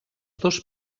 dos